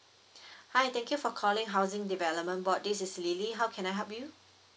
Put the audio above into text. hi thank you for calling housing development board this is lily how can I help you